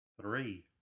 Three